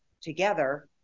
together